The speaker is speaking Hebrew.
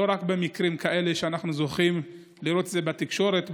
לא רק במקרים כאלה שאנחנו זוכים לראות בתקשורת,